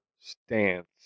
stance